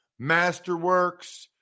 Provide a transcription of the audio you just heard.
Masterworks